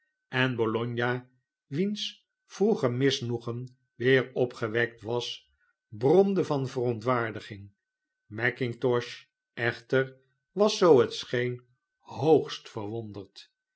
en bologna wiens vroeger misnoegen weer opgewekt was bromde van verontwaardiging mackintosh eehter was zoo het scheen hoogst verwonderd